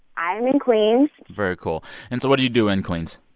i'm in queens very cool. and so what do you do in queens?